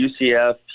UCF